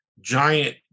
giant